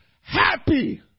happy